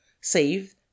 save